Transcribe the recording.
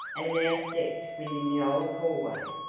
and now stepped within the old hallway,